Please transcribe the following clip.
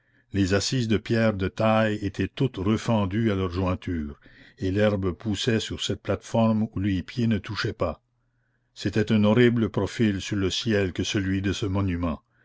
les assises de pierre de taille étaient toutes refendues à leur jointure et l'herbe poussait sur cette plate-forme où les pieds ne touchaient pas c'était un horrible profil sur le ciel que celui de ce monument